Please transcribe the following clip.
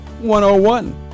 101